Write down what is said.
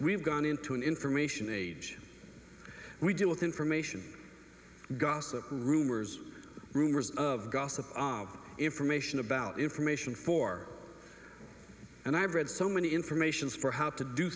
we've gone into an information age we deal with information gossip rumors rumors of gossip information about information for and i've read so many informations for how to do